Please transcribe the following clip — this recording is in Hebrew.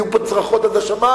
יהיו פה צרחות עד השמים,